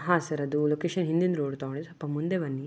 ಹಾಂ ಸರ್ ಅದು ಲೊಕೇಶನ್ ಹಿಂದಿಂದು ರೋಡ್ ತಗೊಳ್ಳಿ ಸ್ವಲ್ಪ ಮುಂದೆ ಬನ್ನಿ